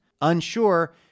unsure